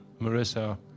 Marissa